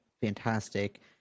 Fantastic